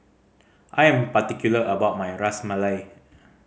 I am particular about my Ras Malai